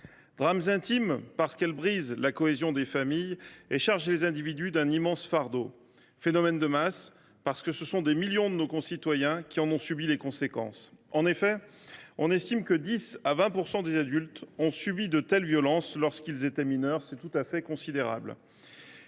drames intimes, parce qu’elles brisent la cohésion des familles et chargent les individus d’un immense fardeau ; phénomène de masse, parce que des millions de nos concitoyens ont à en subir les conséquences. On estime en effet que 10 % à 20 % des adultes ont été victimes de telles violences lorsqu’ils étaient mineurs – c’est considérable.